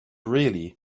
really